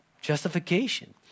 justification